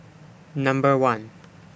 Number one